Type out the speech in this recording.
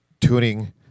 tuning